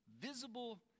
visible